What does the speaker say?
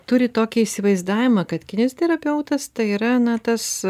turi tokį įsivaizdavimą kad kineziterapeutas tai yra na tas